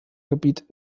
gebiet